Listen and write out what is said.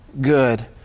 good